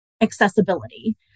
accessibility